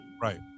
Right